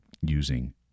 using